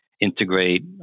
integrate